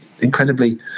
incredibly